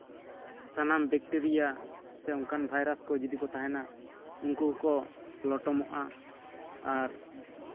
ᱥᱟᱱᱟᱢ ᱵᱮᱠᱴᱮᱨᱤᱭᱟ ᱥᱮ ᱚᱱᱠᱟᱱ ᱵᱷᱟᱭᱨᱟᱥ ᱠᱚ ᱛᱟᱦᱮᱱᱟ ᱩᱱᱠᱩ ᱠᱚ ᱞᱚᱴᱚᱢᱚᱜᱼᱟ ᱟᱨ